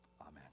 amen